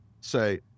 say